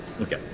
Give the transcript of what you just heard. Okay